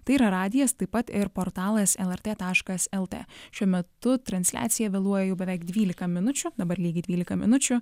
tai yra radijas taip pat ir portalas lrt taškas lt šiuo metu transliacija vėluoja jau beveik dvylika minučių dabar lygiai dvylika minučių